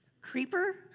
Creeper